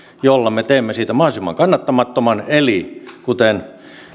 joilla me teemme siitä mahdollisimman kannattamattoman kuten